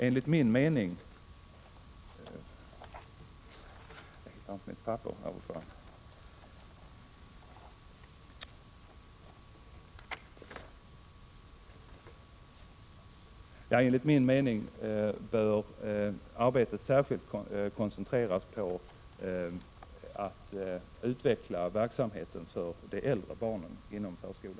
Enligt min mening måste särskilt verksamheten för de äldre förskolebarnen uppmärksammas i detta arbete.